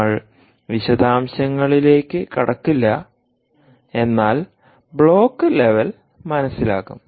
നമ്മൾ വിശദാംശങ്ങളിലേക്ക് കടക്കില്ല എന്നാൽ ബ്ലോക്ക് ലെവൽ മനസിലാക്കും